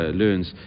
learns